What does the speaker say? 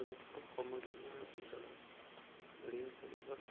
উপযুক্ত সময়সীমাৰ ভিতৰত ঋণ পৰিশোধ